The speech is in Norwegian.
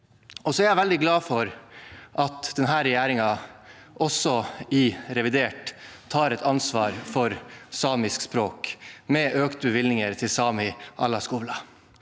Jeg er også veldig glad for at regjeringen i revidert tar et ansvar for samisk språk, med økte bevilgninger til Sámi allaskuvla,